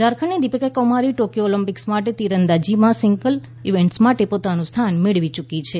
ઝારખંડની Deepika Kumari Tokyo Olympics માટે તીરંદાજીમાં singles event માટે પોતાનું સ્થાન મેળવી યૂકી છે